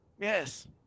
Yes